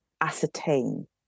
ascertain